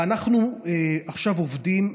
ואנחנו עכשיו עובדים,